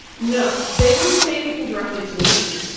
no. they wouldn't say anything directly to me.